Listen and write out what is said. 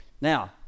Now